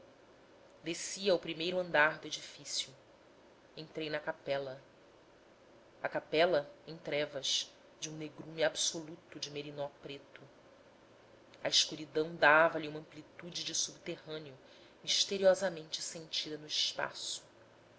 desci ao primeiro andar do edifício entrei na capela a capela em trevas de um negrume absoluto de merinó preto a escuridão dava-lhe uma amplitude de subterrâneo misteriosamente sentida no espaço